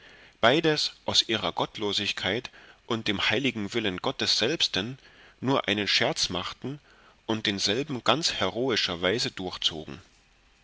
beides aus ihrer gottlosigkeit und dem heiligen willen gottes selbsten nur einen scherz machten und denselben ganz heroischerweise durchzogen